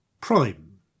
Prime